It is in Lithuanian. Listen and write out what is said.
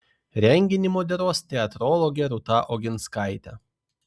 renginį moderuos teatrologė rūta oginskaitė